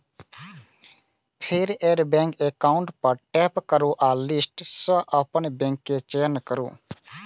फेर add bank account पर tap करू आ लिस्ट सं अपन बैंक के चयन करू